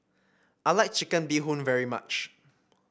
I like Chicken Bee Hoon very much